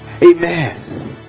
Amen